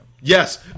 Yes